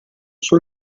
suo